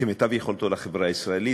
כמיטב יכולתו לחברה הישראלית,